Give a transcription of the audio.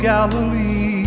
Galilee